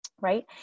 right